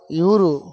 ಇವರು